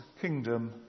kingdom